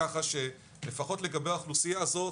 ככה שלפחות לגבי האוכלוסייה הזאת,